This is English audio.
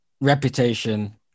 reputation